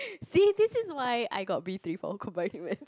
see this is why I got B three for combined human